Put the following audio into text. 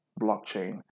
blockchain